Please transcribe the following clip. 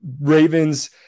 Ravens